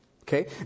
Okay